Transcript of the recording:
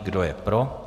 Kdo je pro?